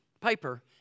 Piper